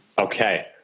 Okay